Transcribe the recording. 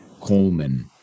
Coleman